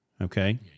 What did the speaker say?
Okay